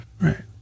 Right